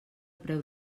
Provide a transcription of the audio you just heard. preu